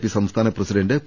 P സംസ്ഥാന president P